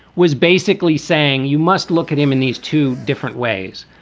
was basically saying, you must look at him in these two different ways.